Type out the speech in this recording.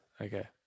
Okay